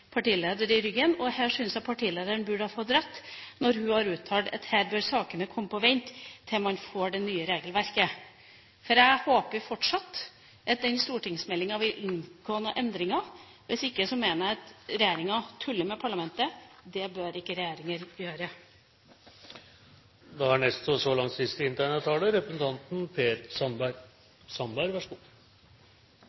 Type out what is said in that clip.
partileder i ryggen. Her syns jeg partilederen burde ha fått rett når hun har uttalt at sakene bør komme på vent til man får det nye regelverket. Jeg håper fortsatt at stortingsmeldinga vil by på noen endringer. Hvis ikke mener jeg at regjeringa tuller med parlamentet. Det bør ikke regjeringer gjøre. [15:58:06]: La meg først få lov til å si til representanten